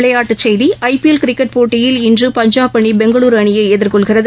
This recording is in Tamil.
விளையாட்டுச் செய்திகள் ஐபிஎல் கிரிக்கெட் போட்டியில் இன்று பஞ்சாப் அணி பெங்களுருஅணியைஎதிர்கொள்கிறது